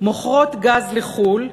מוכרות גז לחו"ל,